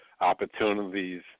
opportunities